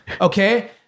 Okay